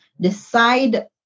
decide